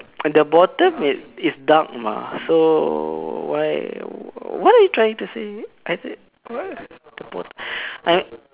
the bottom it is dark mah so why what are you trying to say I said what the bottom